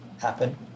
happen